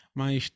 mas